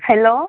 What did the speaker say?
hello